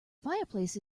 fireplace